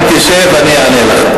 אם תשב, אני אענה לך.